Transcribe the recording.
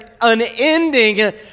unending